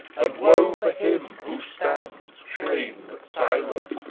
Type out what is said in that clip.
and woe! for him who stands shamed, silent,